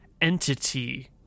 entity